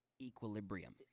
equilibrium